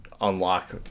unlock